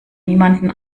niemanden